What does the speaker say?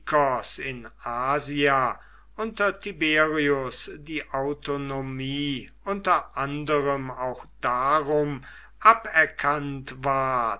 in asia unter tiberius die autonomie unter anderem auch darum aberkannt ward